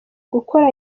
gukora